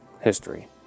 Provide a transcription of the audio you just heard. History